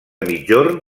migjorn